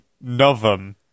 novum